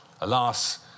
Alas